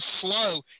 slow